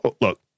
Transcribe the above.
look